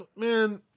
man